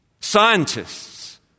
scientists